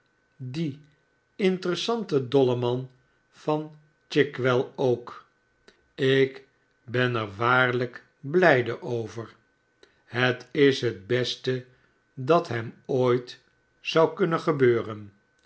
die interessante dolleman van chigwell ook ik ben er waarlijk blijde over het is het beste dat hem ooit zou ikunnen gebeuren